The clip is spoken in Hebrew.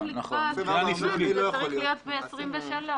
זה צריך להיות ב-23.